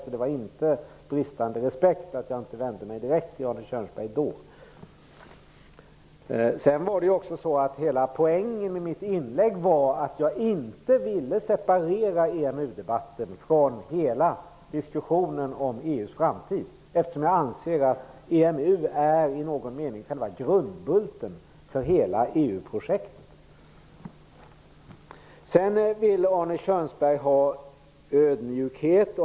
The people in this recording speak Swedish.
Så det var inte av bristande respekt som jag inte vände mig direkt mot Arne Poängen med mitt inlägg var ju att jag inte ville separera EMU-debatten från diskussionen om EU:s framtid, eftersom jag anser att EMU är själva grundbulten för hela EU-projektet. Sedan efterlyser Arne Kjörnsberg ödmjukhet.